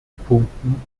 punkten